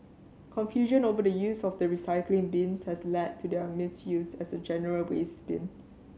confusion over the use of the recycling bins has led to their misuse as a general waste bin